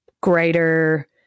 greater